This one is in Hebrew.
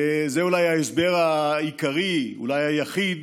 זה אולי ההסבר העיקרי, ואולי היחיד,